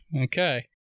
Okay